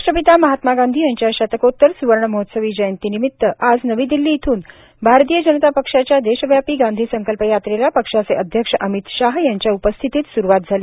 राष्ट्रपिता महात्मा गांधी यांच्या शतकोत्तर सुवर्णमहोत्सवी जयंती निमित्त आज नवी दिल्ली इथून भारतीय जनता पक्षाच्या देशव्यापी गांधी संकल्प यात्रेला पक्षाचे अध्यक्ष अमित शाह यांच्या उपस्थितीत सुरवात झाली